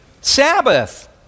Sabbath